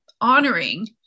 honoring